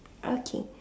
okay